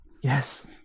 Yes